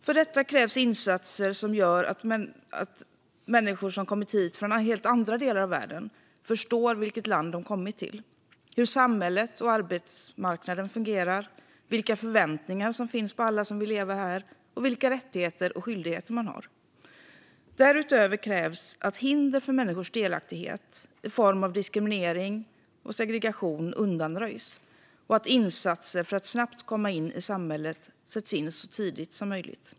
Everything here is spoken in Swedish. För detta krävs insatser som gör att människor som kommit hit från helt andra delar av världen förstår vilket land de kommit till, hur samhället och arbetsmarknaden fungerar, vilka förväntningar som finns på alla som vill leva här och vilka rättigheter och skyldigheter man har. Därutöver krävs att hinder för människors delaktighet i form av diskriminering och segregation undanröjs och att insatser för att snabbt komma in i samhället sätts in så tidigt som möjligt.